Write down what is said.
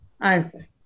answer